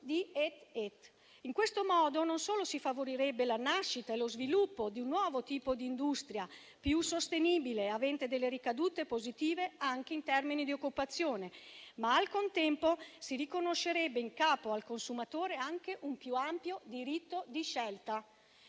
di *et-et*. In questo modo, non solo si favorirebbe la nascita e lo sviluppo di un nuovo tipo di industria, più sostenibile e avente ricadute positive anche in termini di occupazione, ma al contempo si riconoscerebbe in capo al consumatore anche un più ampio diritto di scelta.